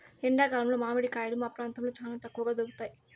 ఎండా కాలంలో మామిడి కాయలు మా ప్రాంతంలో చానా తక్కువగా దొరుకుతయ్